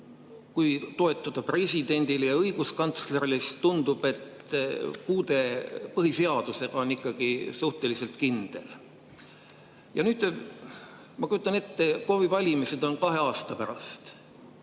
Kui toetuda presidendi ja õiguskantsleri öeldule, siis tundub, et puude põhiseadusega on ikkagi suhteliselt kindel. Ja nüüd ma kujutan ette. KOV-i valimised on kahe aasta pärast,